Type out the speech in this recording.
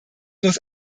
muss